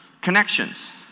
connections